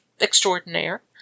Extraordinaire